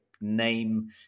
name